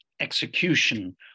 execution